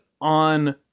on